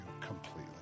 completely